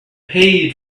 paid